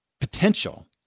potential